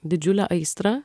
didžiulę aistrą